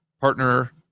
partner